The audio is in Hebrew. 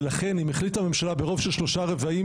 ולכן אם החליטה הממשלה ברוב של שלושה רבעים